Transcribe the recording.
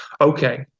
Okay